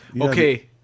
Okay